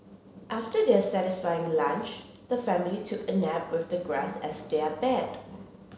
after their satisfying lunch the family took a nap with the grass as their bed